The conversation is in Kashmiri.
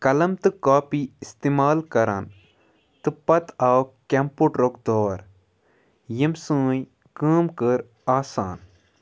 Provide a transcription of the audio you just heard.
قلَم تہٕ کاپی اِستعمال کران تہٕ پَتہٕ آو کمپوٗٹرُک دور یٔمۍ سٲنۍ کٲم کٔر آسان